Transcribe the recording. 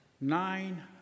Nine